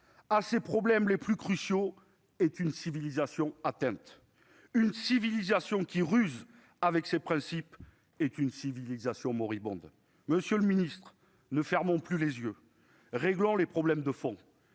à ses problèmes les plus cruciaux est une civilisation atteinte. Une civilisation qui ruse avec ses principes est une civilisation moribonde. » Monsieur le ministre, ne fermons plus les yeux. Réglons les problèmes de fond